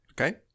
Okay